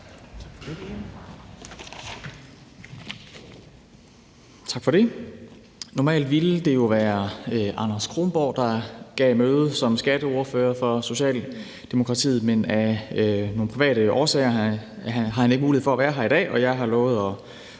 Tak for det. Normalt ville det jo være Anders Kronborg, der gav møde som skatteordfører for Socialdemokratiet, men af nogle private årsager har han ikke mulighed for at være her i dag, og jeg har lovet at